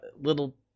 little